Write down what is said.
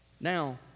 Now